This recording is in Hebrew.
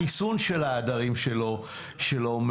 החיסון של העדרים שלא מבוצע.